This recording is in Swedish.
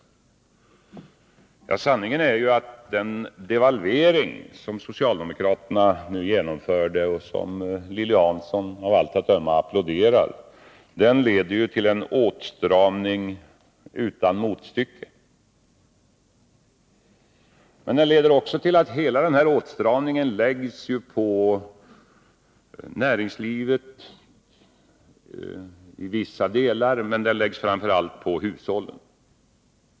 Vid remiss av Sanningen är ju att den devalvering som socialdemokraterna nu genomfört propositionerna och som Lilly Hansson av allt att döma applåderar leder till en åtstramning —1982/83:50 och 55 utan motstycke. Och hela denna åtstramning läggs på vissa delar av näringslivet men framför allt på hushållen.